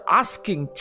asking